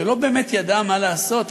שלא באמת ידעה מה לעשות,